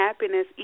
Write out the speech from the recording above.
happiness